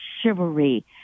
chivalry